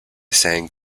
sang